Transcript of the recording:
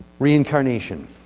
reincarnation